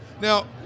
Now